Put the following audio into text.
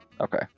okay